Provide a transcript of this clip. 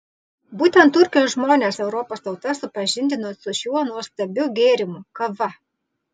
būtent turkijos žmonės europos tautas supažindino su šiuo nuostabiu gėrimu kava